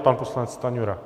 Pan poslanec Stanjura.